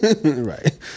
right